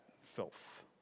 filth